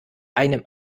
einem